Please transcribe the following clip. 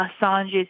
Assange's